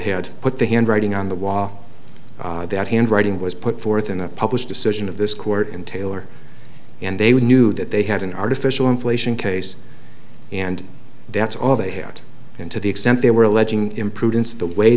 had put the handwriting on the wall that handwriting was put forth in a published decision of this court in taylor and they we knew that they had an artificial inflation case and that's all they hear out and to the extent they were alleging imprudence the way